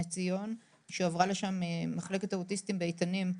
ציון שהועברה לשם ממחלקת האוטיסטים באיתנים,